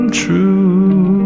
true